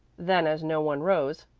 then, as no one rose,